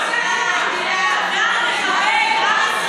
אני מתפלאה עליך.